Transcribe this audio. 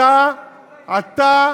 אדוני השר,